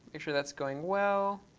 make sure that's going well.